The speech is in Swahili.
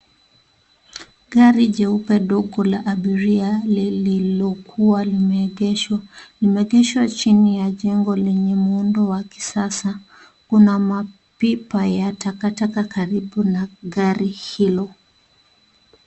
Gari jeupe dogo la abiria lililokuwa limeegeshwa. Limeegeshwa chini ya jengo lenye muundo wa kisasa. Kuna mapipa ya takataka karibu na gari hilo.